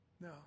No